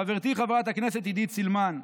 חברתי חברת הכנסת עידית סילמן,